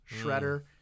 Shredder